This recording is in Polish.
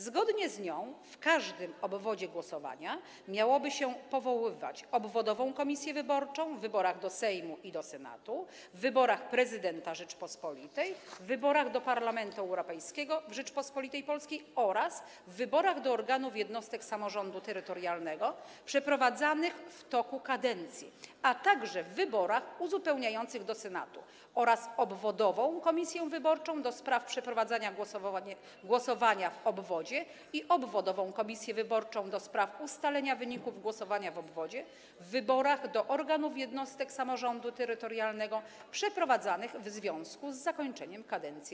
Zgodnie z nią w każdym obwodzie głosowania miałoby się powoływać obwodową komisję wyborczą w wyborach do Sejmu i Senatu, w wyborach prezydenta Rzeczypospolitej, w wyborach do Parlamentu Europejskiego w Rzeczypospolitej Polskiej oraz w wyborach do organów jednostek samorządu terytorialnego przeprowadzanych w toku kadencji, a także w wyborach uzupełniających do Senatu, oraz obwodową komisję wyborczą do spraw przeprowadzania głosowania w obwodzie i obwodową komisję wyborczą do spraw ustalenia wyników głosowania w obwodzie w wyborach do organów jednostek samorządu terytorialnego przeprowadzanych w związku z zakończeniem kadencji.